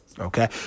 Okay